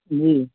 جی